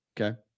Okay